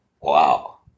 Wow